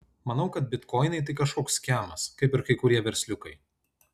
manau kad bitkoinai tai kažkoks skemas kaip ir kai kurie versliukai